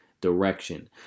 direction